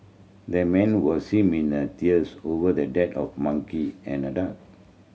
the man was seen mean a tears over the dead of monkey and a duck